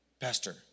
Pastor